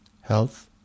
Health